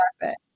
perfect